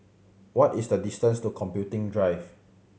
what is the distance to Computing Drive